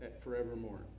forevermore